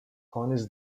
conical